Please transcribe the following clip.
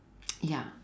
ya